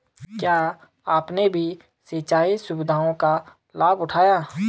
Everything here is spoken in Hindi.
क्या आपने भी सिंचाई सुविधाओं का लाभ उठाया